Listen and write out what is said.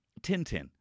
Tintin